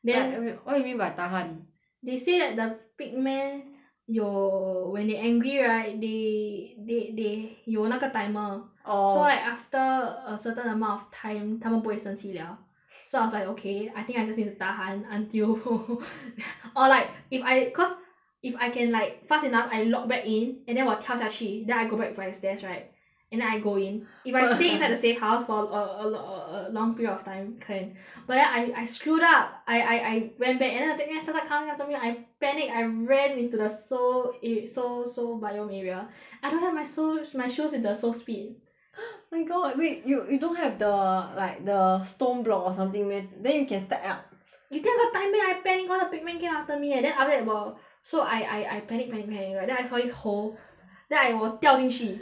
then wait what you mean by tahan they say that the pig man 有 when they angry right they they they 有那个 timer orh so like after a certain amount of time 他们不会生气了 so I was like okay I think I just need to tahan until or like if I cause if I can like fast enough I log back in and then 我跳下去 then I go back by stairs right and I go in if I stay inside the safe house for a a a long period of time can but then I I screwed up I I I went back and then the thing started coming after me I panic I ran into the soul eh soul soul biome area I don't have my soul my shoes in the soul speed my god wait you you don't have the like the stone block or something meh then you can stack up you think I got time meh I panic all the pig man came after me eh then after that 我 so I I I panic panic panic right then I saw this hole then I 我掉进去